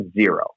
zero